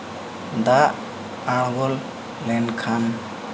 ᱫᱟᱜ ᱟᱬᱜᱚ ᱞᱮᱱᱠᱷᱟᱱ